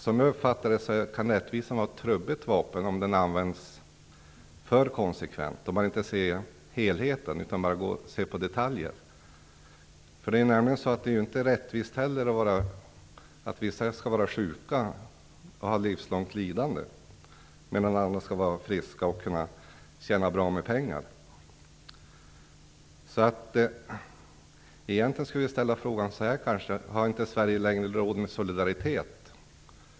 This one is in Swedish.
Som jag uppfattar det kan rättvisan vara ett trubbigt vapen, om den används för konsekvent, dvs. om man inte ser till helheten utan bara till detaljer. Det är t.ex. inte rättvist att vissa skall vara sjuka och ha ett livslångt lidande medan andra får vara friska och kan tjäna bra med pengar. Egentligen skulle vi kanske i stället ställa frågan på följande sätt: Har Sverige inte längre råd med solidaritet?